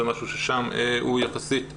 זה משהו ששם הוא יחסית בולט,